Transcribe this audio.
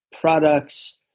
products